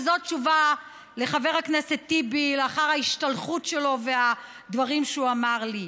וזאת תשובה לחבר הכנסת טיבי לאחר ההשתלחות שלו והדברים שהוא אמר לי.